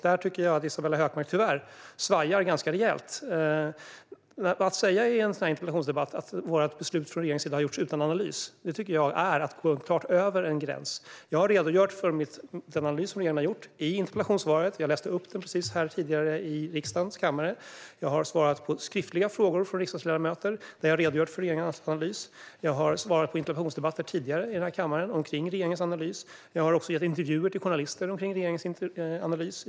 Där tycker jag att Isabella Hökmark, tyvärr, svajar rätt rejält. Att säga i en interpellationsdebatt att regeringens beslut har fattats utan analys tycker jag är att klart gå över en gräns. Jag har i interpellationssvaret redogjort för den analys som vi redan har gjort och läste precis upp det här i riksdagens kammare. Jag har svarat på skriftliga frågor från riksdagsledamöter, där jag har redogjort för regeringens analys. Jag har tidigare i den här kammaren svarat på interpellationer om regeringens analys. Jag har gett intervjuer till journalister om regeringens analys.